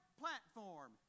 platform